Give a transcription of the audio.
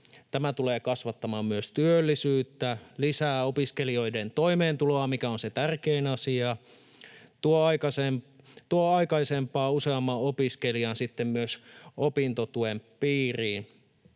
Tämä tulee kasvattamaan myös työllisyyttä, lisää opiskelijoiden toimeentuloa, mikä on se tärkein asia, ja tuo aikaisempaa useamman opiskelijan myös opintotuen piiriin.